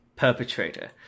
Perpetrator